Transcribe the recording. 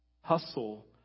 Hustle